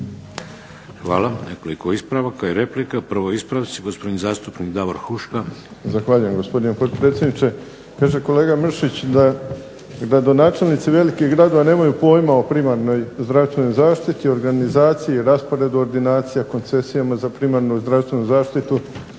Hvala. Nekoliko ispravaka i replika. Prvo je ispravci, gospodin zastupnik Davor Huška. **Huška, Davor (HDZ)** Zahvaljujem gospodine potpredsjedniče. Kaže kolega Mršić da je gradonačelnici velikih gradova da nemaju pojma o primarnoj zdravstvenoj zaštiti, organizaciji, rasporedu ordinacija, koncesijama za primarnu zdravstvenu zaštitu.